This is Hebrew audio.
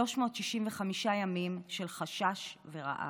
365 ימים של חשש ורעב,